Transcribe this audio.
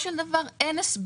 אם תטיל עליהם מס הם